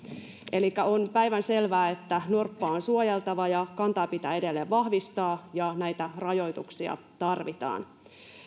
elikkä on päivänselvää että norppaa on suojeltava ja kantaa pitää edelleen vahvistaa ja näitä rajoituksia tarvitaan